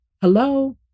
Hello